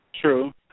True